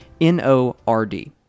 N-O-R-D